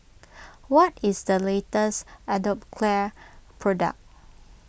what is the latest Atopiclair product